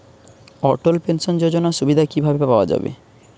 অটল pension যোজনার সুবিধা কি ভাবে পাওয়া যাবে?